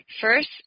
First